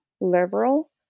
liberal